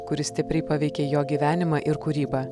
kuri stipriai paveikė jo gyvenimą ir kūrybą